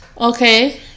Okay